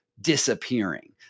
disappearing